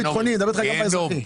גיהנום.